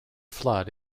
flood